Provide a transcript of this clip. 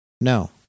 No